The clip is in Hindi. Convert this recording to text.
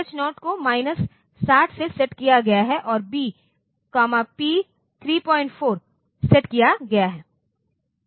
तो TH0 को माइनस 60 में सेट किया गया है और B P 34 सेट किया गया है